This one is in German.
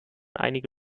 einige